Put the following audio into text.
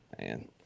Man